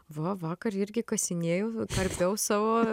va vakar irgi kasinėjau karpiau savo